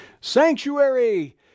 sanctuary